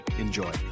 Enjoy